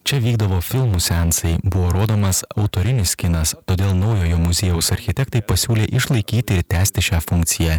čia vykdavo filmų seansai buvo rodomas autorinis kinas todėl naujojo muziejaus architektai pasiūlė išlaikyti ir tęsti šią funkciją